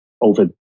over